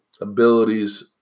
abilities